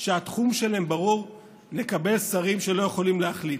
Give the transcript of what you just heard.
שהתחום שלהן ברור, נקבל שרים שלא יכולים להחליט.